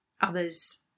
others